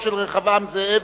רבותי,